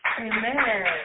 Amen